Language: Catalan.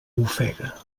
ofega